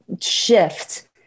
shift